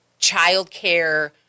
childcare